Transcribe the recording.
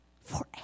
forever